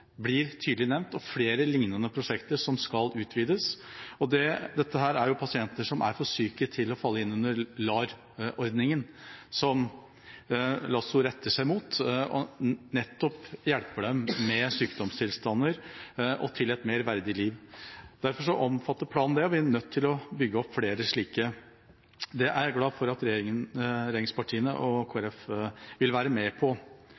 blir tydelig nevnt. Det er jo nettopp pasienter som er for syke til å falle innunder LAR-ordningen, LASSO retter seg mot og hjelper med sykdomstilstander og til et mer verdig liv. Derfor omfatter planen det. Vi er nødt til å bygge opp flere slike, og det er jeg glad for at regjeringspartiene og Kristelig Folkeparti vil være med på.